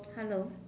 hello